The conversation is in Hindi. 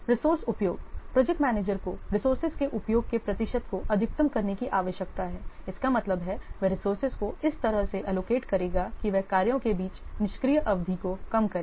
रिसोर्से उपयोग प्रोजेक्ट मैनेजर को रिसोर्सेज के उपयोग के प्रतिशत को अधिकतम करने की आवश्यकता है इसका मतलब है वह रिसोर्सेज को इस तरह से एलोकेट करेगा कि वह कार्यों के बीच निष्क्रिय अवधि को कम करे